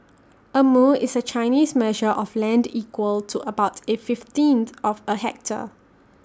A mu is A Chinese measure of land equal to about A fifteenth of A hectare